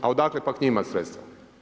A odakle pak njima sredstva?